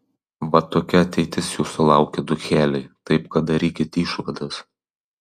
vat tokia ateitis jūsų laukia ducheliai taip kad darykit išvadas